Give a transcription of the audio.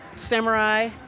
Samurai